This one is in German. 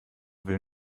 will